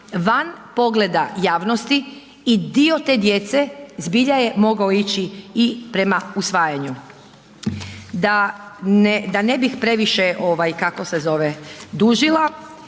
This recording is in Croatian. van pogleda javnosti i dio te djece zbilja je mogao ići i prema usvajanju. Da ne bih previše dužila,